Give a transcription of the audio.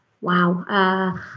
Wow